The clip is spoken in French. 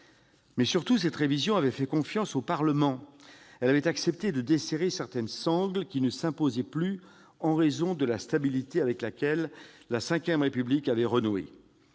Surtout, cette révision avait fait confiance au Parlement. Elle avait accepté de desserrer certaines sangles qui ne s'imposaient plus, en raison de la stabilité avec laquelle la VRépublique avait renoué.